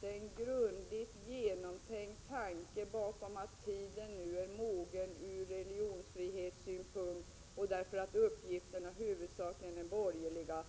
Det finns en grundligt övervägd tanke bakom detta. Det är nu dags att flytta över folkbokföringen till försäkringskassorna, eftersom tiden är mogen ur religionsfrihetssynpunkt och eftersom uppgifterna huvudsakligen är borgerliga.